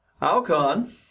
Alcon